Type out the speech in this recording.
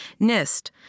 NIST